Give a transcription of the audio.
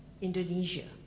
Indonesia